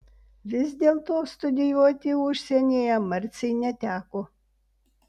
vis dėlto studijuoti užsienyje marcei neteko